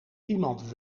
iemand